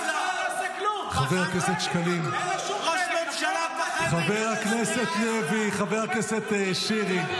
חבר הכנסת שקלים, חבר הכנסת לוי, חבר הכנסת שירי,